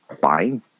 buying